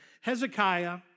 Hezekiah